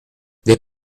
des